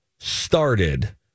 Started